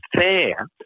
fair